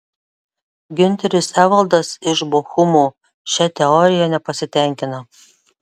giunteris evaldas iš bochumo šia teorija nepasitenkina